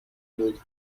بود